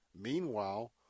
Meanwhile